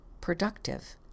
productive